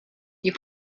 you